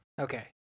Okay